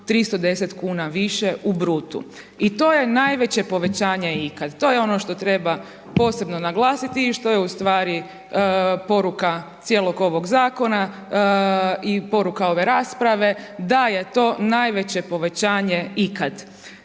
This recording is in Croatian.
310 kuna više u brutu. I to je najveće povećanje ikad. To je ono što treba posebno naglasiti i što je u stvari poruka cijelog ovog zakona i poruka ove rasprave da je to najveće povećanje ikad.